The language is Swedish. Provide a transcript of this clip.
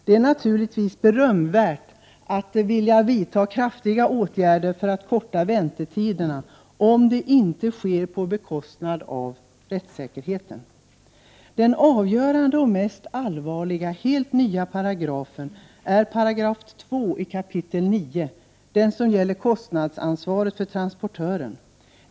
Det är naturligtvis berömvärt att man vill vidta kraftiga åtgärder för att förkorta väntetiderna om det inte sker på bekostnad av rättssäkerheten. — Prot. 1988/89:125 Den avgörande, mest allvarliga och helt nya paragrafen är2 §i9 kap. som 31 maj 1989 gäller kostnadsansvaret för transportören.